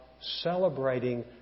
celebrating